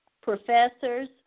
professors